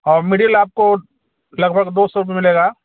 और मिडिल आपको लग भग दो सौ में मिलेगा